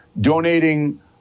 donating